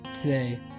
Today